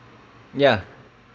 yeah